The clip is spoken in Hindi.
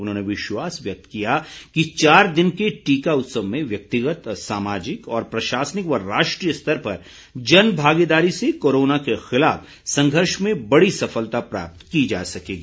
उन्होंने विश्वास व्यक्त किया कि चार दिन के टीका उत्सव में व्यक्तिगत सामाजिक और प्रशासनिक व राष्ट्रीय स्तर पर जन भागीदारी से कोरोना के खिलाफ संघर्ष में बड़ी सफलता प्राप्त की जा सकेगी